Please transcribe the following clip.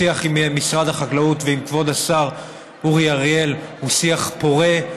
השיח עם משרד החקלאות ועם כבוד השר אורי אריאל הוא שיח פורה,